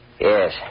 Yes